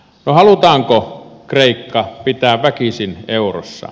no halutaanko kreikka pitää väkisin eurossa